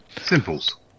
Simples